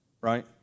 right